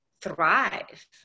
thrive